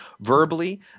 verbally